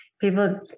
people